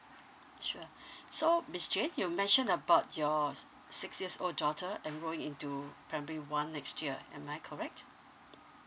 sure so miss jane you mentioned about your s~ six years old daughter enroling into primary one next year am I correct